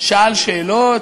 שאל שאלות,